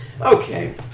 Okay